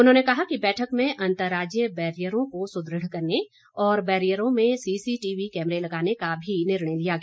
उन्होने ने कहा कि बैठक में अन्तर्राजीय बैरियरों को सुदृढ़ करने और बैरियरों में सीसीटीवी कैमरे लगाने का भी निर्णय लिया गया